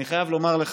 אני חייב לומר לך,